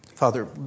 Father